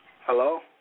Hello